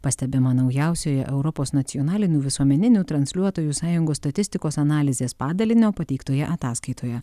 pastebima naujausioje europos nacionalinių visuomeninių transliuotojų sąjungos statistikos analizės padalinio pateiktoje ataskaitoje